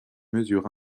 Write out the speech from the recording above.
mesures